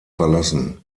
verlassen